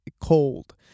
cold